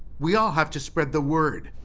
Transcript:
we all have to spread the word,